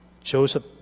Joseph